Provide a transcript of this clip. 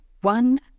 one